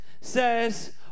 says